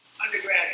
undergraduate